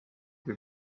või